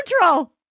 neutral